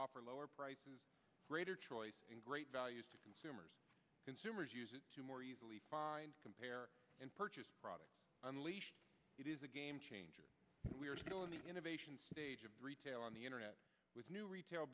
offer lower prices greater choice and great values to consumers consumers to more find compare and purchase products unleashed it is a game changer we are still in the innovation stage of retail on the internet with new retail